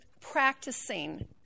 practicing